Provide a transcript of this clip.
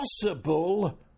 possible